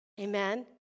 Amen